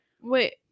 Wait